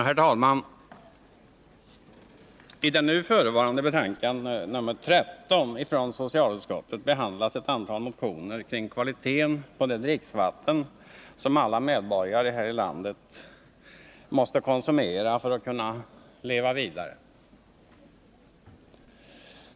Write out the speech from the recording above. Herr talman! I det nu förevarande betänkandet, nr 13 från socialutskottet, behandlas ett antal motioner kring kvaliteten på det dricksvatten som alla medborgare här i landet måste konsumera för att kunna leva vidare.